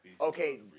Okay